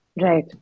Right